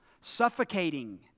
suffocating